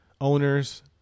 owners